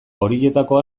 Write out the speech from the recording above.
horietako